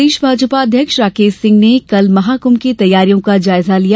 प्रदेश भाजपा अध्यक्ष राकेश सिंह ने कल महाकुंभ की तैयारियों का जायजा लिया